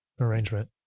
Arrangement